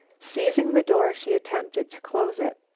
seizing the door, she attempted to close it.